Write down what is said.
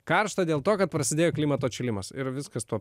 karšta dėl to kad prasidėjo klimato atšilimas ir viskas tuo